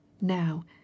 Now